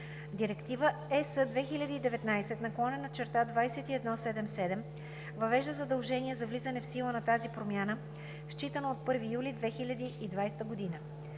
Директива (ЕС) 2019/2177 въвежда задължение за влизане в сила на тази промяна, считано от 1 юли 2020 г.